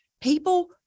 people